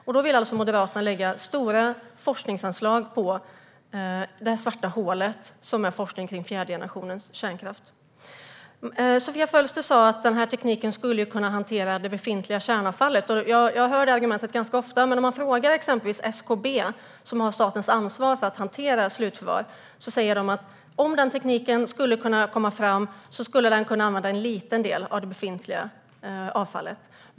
Men Moderaterna vill alltså lägga stora forskningsanslag på det svarta hål som forskning om fjärde generationens kärnkraft är. Sofia Fölster sa att man med den tekniken skulle kunna hantera det befintliga kärnavfallet. Jag hör det argumentet ganska ofta. Men till exempel SKB, som har statens ansvar för att hantera slutförvar, säger att en liten del av det befintliga avfallet skulle kunna användas om den tekniken skulle komma.